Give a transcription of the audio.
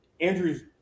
Andrews